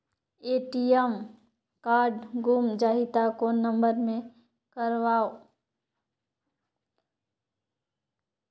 ATM card गुम जाही त कौन नम्बर मे करव?